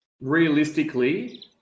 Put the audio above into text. realistically